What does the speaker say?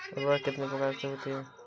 उर्वरक कितनी प्रकार के होता हैं?